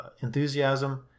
enthusiasm